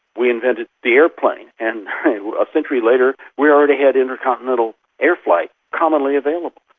we invented the aeroplane, and a century later we already had intercontinental air flight commonly available.